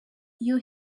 iyo